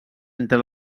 entre